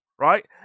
right